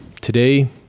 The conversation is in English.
today